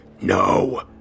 No